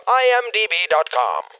imdb.com